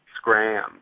Scram